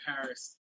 paris